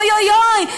אוי אוי אוי,